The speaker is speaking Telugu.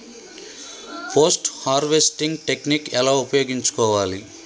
పోస్ట్ హార్వెస్టింగ్ టెక్నిక్ ఎలా ఉపయోగించుకోవాలి?